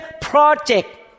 project